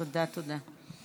תודה, תודה.